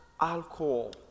alcohol